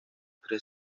tres